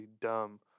dumb